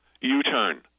U-turn